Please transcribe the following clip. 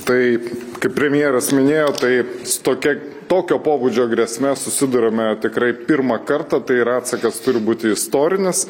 taip kaip premjeras minėjo taip su tokia tokio pobūdžio grėsme susiduriame tikrai pirmą kartą tai yra atsakas turi būti istorinis